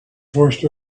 forced